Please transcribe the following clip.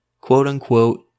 quote-unquote